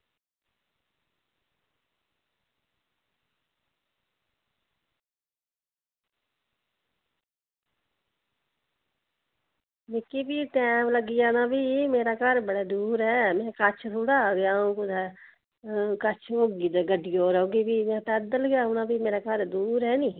मिगी बी टैम लग्गी जाना फ्ही मेरा घर बड़ा दूर ऐ महां कश थोह्ड़े ऐ कि अ'ऊं कुतै कश होगी ते गड्डिया पर औगी फ्ही ते पैदल गै औना मेरा घर दूर ऐ नी